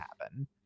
happen